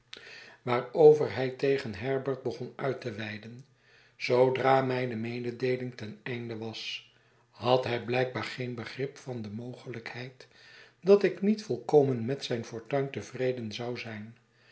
waarover hij tegen herbert begon uit te weiden zoodra rnijne mededeeling ten einde was had hij blijkbaar geen begrip van de mogelijkheid dat ik niet volkomen met mijn fortuin tevreden zou zijn